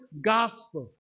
gospel